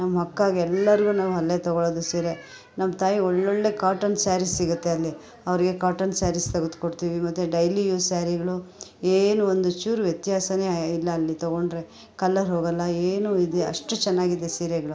ನಮ್ಮಕ್ಕಗೆ ಎಲ್ರಿಗೂ ನಾವು ಅಲ್ಲೇ ತೊಗೊಳ್ಳೋದು ಸೀರೆ ನಮ್ಮ ತಾಯಿಗೆ ಒಳ್ಳೊಳ್ಳೆ ಕಾಟನ್ ಸ್ಯಾರಿ ಸಿಗುತ್ತೆ ಅಲ್ಲಿ ಅವ್ರಿಗೆ ಕಾಟನ್ ಸ್ಯಾರೀಸ್ ತೆಗದು ಕೊಡ್ತೀವಿ ಮತ್ತು ಡೈಲಿ ಯೂಸ್ ಸ್ಯಾರಿಗಳು ಏನು ಒಂದು ಚೂರು ವ್ಯತ್ಯಾಸವೇ ಇಲ್ಲ ಅಲ್ಲಿ ತೊಗೊಂಡ್ರೆ ಕಲ್ಲರ್ ಹೋಗೋಲ್ಲ ಏನು ಇದು ಇಲ್ಲ ಅಷ್ಟು ಚೆನ್ನಾಗಿದೆ ಸೀರೆಗಳು